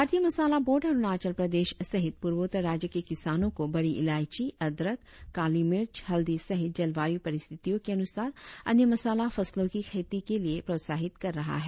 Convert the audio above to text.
भारतीय मसाला बोर्ड अरुणाचल प्रदेश सहित पूर्वोत्तर राज्य के किसानों को बड़ी ईलायची अदरक काली मिर्च हल्दी सहित जलवायू परिस्थितियों के अनुसार अन्य मसाला फसलों की खेती के लिए प्रोत्साहित कर रहा है